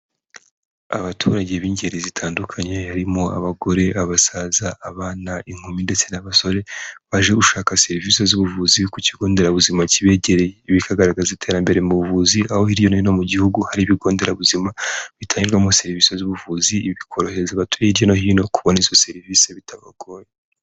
Abaturage b'ingeri zitandukanye harimo: abagore, abasaza, abana, inkumi ndetse n'abasore, baje gushaka serivisi z'ubuvuzi ku Kigo Nderabuzima kibegereye. Ibi bikagaragaza iterambere mu buvuzi aho hirya no hino mu Gihugu hari Ibigo Nderabuzima bitangirwamo serivisi z'ubuvuzi, ibi bikorohereza abatuye hirya no hino kubone izo serivisi bitabagoye.